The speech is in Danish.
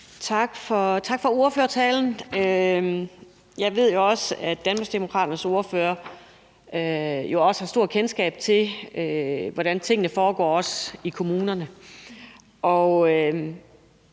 Tak for ordførertalen. Jeg ved jo også, at Danmarksdemokraternes ordfører har et stort kendskab til, hvordan tingene foregår i kommunerne.